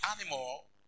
animal